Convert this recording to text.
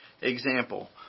example